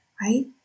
right